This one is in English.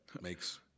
makes